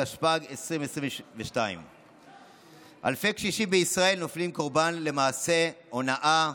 התשפ"ג 2022. אלפי קשישים בישראל נופלים קורבן למעשי הונאה,